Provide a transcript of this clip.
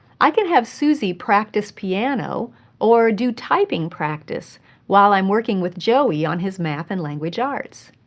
i can have suzy practice piano or do typing practice while i'm working with joey on his math and language arts.